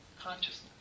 consciousness